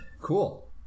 Cool